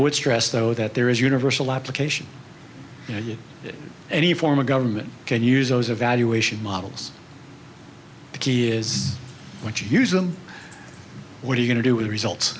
would stress though that there is universal application you know you any form of government can use those evaluation models the key is what you use them what are you going to do with the results